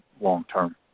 long-term